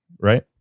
Right